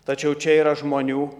tačiau čia yra žmonių